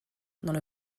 dans